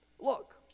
look